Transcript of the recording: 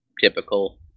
typical